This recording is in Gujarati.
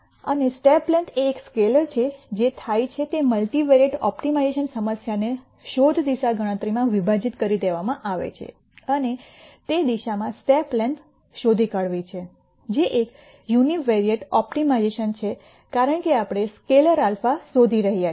અને સ્ટેપ લેંથ એ એક સ્કેલેર છે જે થાય છે તે મલ્ટિવેરિયેટ ઓપ્ટિમાઇઝેશન સમસ્યાને શોધ દિશા ગણતરીમાં વિભાજીત કરી દેવામાં આવી છે અને તે દિશામાં સ્ટેપ લેંથ શોધી કાઢવી છે જે એક યુનિવેરિએંટ ઓપ્ટિમાઇઝેશન છે કારણ કે આપણે સ્કેલર α શોધી રહ્યા છીએ